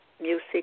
music